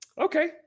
okay